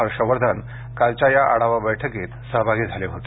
हर्षवर्धन कालच्या या आढावा बैठकीत सहभागी झाले होते